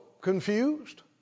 confused